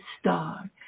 star